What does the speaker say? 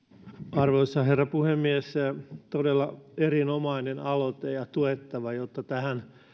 arvoisa herra puhemies aloite on todella erinomainen ja tuettava jotta tähän